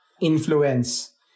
influence